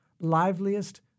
liveliest